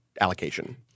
allocation